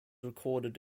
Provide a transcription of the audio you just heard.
recorded